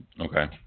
Okay